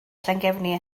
llangefni